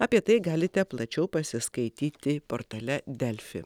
apie tai galite plačiau pasiskaityti portale delfi